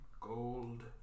gold